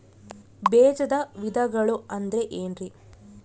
ಬೇಜದ ವಿಧಗಳು ಅಂದ್ರೆ ಏನ್ರಿ?